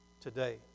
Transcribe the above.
today